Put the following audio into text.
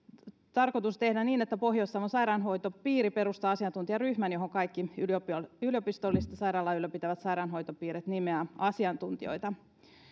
tarkoitus tehdä niin että pohjois savon sairaanhoitopiiri perustaa asiantuntijaryhmän johon kaikki yliopistollista yliopistollista sairaalaa ylläpitävät sairaanhoitopiirit nimeävät asiantuntijoita